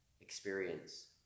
experience